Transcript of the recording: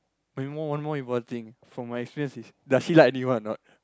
one more one more important thing from my face is does he like anyone or not